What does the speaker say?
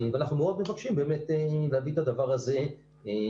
אנחנו מאוד מבקשים להביא את הדבר הזה בחשבון.